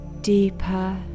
deeper